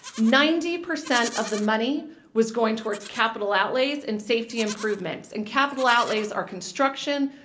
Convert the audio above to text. ninety percent of the money was going towards capital outlays and safety impr ovements. and capital outlays are construction,